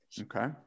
Okay